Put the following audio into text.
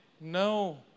no